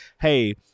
hey